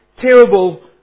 terrible